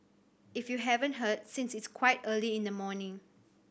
if you haven't heard since it's quite early in the morning